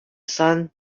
sun